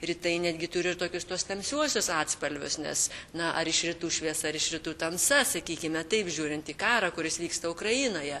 rytai netgi turi ir tokius tuos tamsiuosius atspalvius nes na ar iš rytų šviesa ar iš rytų tamsa sakykime taip žiūrint į karą kuris vyksta ukrainoje